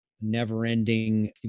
never-ending